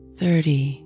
thirty